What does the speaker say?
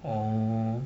orh